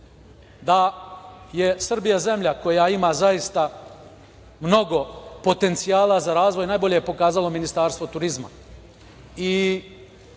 je Srbija zemlja koja ima zaista mnogo potencijala za razvoj najbolje je pokazalo Ministarstvo turizma.